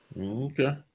Okay